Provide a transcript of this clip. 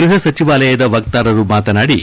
ಗೃಹ ಸಚಿವಾಲಯದ ವಕ್ತಾರರು ಮಾತನಾಡಿ